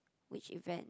which event